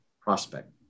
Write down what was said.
prospect